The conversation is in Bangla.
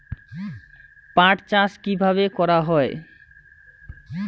পাট চাষ কীভাবে করা হয়?